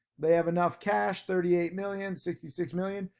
they have enough cash, thirty eight million, sixty six million.